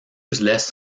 laisse